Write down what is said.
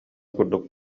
курдук